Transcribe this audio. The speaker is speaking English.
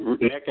Nick